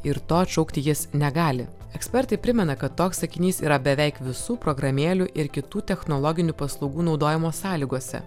ir to atšaukti jis negali ekspertai primena kad toks sakinys yra beveik visų programėlių ir kitų technologinių paslaugų naudojimo sąlygose